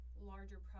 larger